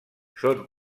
són